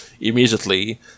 immediately